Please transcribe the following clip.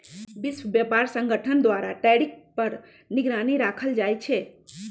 विश्व व्यापार संगठन द्वारा टैरिफ पर निगरानी राखल जाइ छै